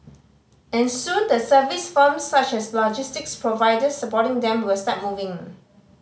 and soon the service firms such as logistics providers supporting them will start moving